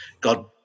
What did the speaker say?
God